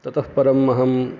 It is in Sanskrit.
ततःपरमं अहं